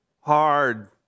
hard